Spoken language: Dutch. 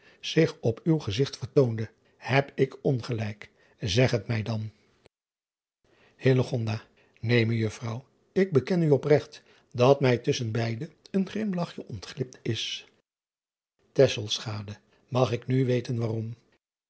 zich op uw gezigt vertoonde eb ik ongelijk zeg het mij dan een mejuffrouw ik beken u opregt dat mij tusschen beide een grimlachje ontglipt is ag ik nu weten waarom